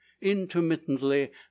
intermittently